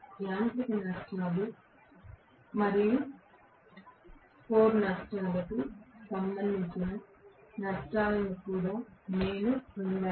యాంత్రిక నష్టాలు మరియు కోర్ నష్టాలకు సంబంధించిన నష్టాలను కూడా నేను పొందాను